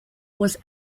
was